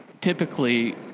typically